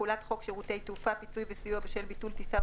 תחולת חוק שירותי תעופה (פיצוי וסיוע בשל ביטול טיסה או